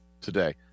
today